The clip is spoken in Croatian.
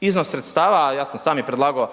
iznos sredstava a ja sam sam i predlagao